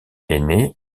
énée